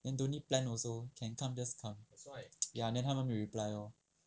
then don't need plan also can come just come ya then 他们没有 reply loh